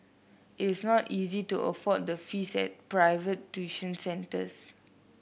it is not easy to afford the fees at private tuition centres